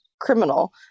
criminal